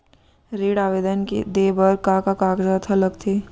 ऋण आवेदन दे बर का का कागजात ह लगथे?